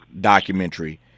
documentary